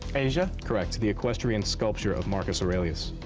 asia. correct. the equestrian sculpture of marcus aurelius.